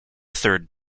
third